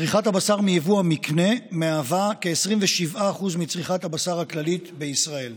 צריכת הבשר מיבוא המקנה היא כ-27% מצריכת הבשר הכללית בישראל.